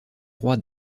rois